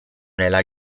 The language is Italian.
nella